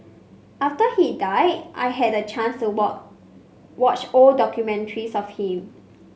after he died I had the chance to watch old documentaries of him